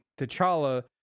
T'Challa